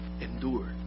Endure